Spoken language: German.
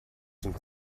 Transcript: sind